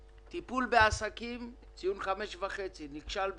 טיפול בעסקים ציון חמש וחצי, נכשל בקושי.